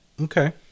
Okay